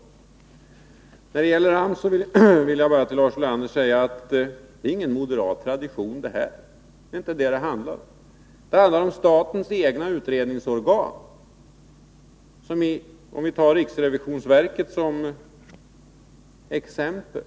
När det gäller AMS vill jag bara säga till Lars Ulander att detta inte är någon moderat tradition. Det är inte det det handlar om, det handlar om statens egna utredningsorgan. Vi kan ta riksrevisionsverket som exempel.